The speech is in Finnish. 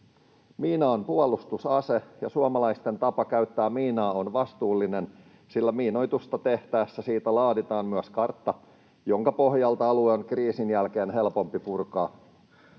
Miina on puolustusase, ja suomalaisten tapa käyttää miinaa on vastuullinen, sillä miinoitusta tehtäessä siitä myös laaditaan kartta, jonka pohjalta alue on kriisin jälkeen helpompi purkaa.